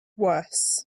worse